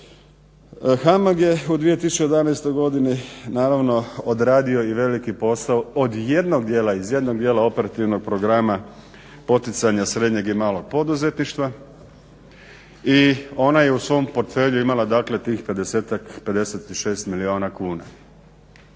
HAMAG je u 2012. godini naravno odradio i veliki posao od jednog dijela iz jednog dijela operativnog programa poticanja srednjeg i malog poduzetništva i ona je u svom portfelju imala dakle tih 50-ak, 56 milijuna kuna.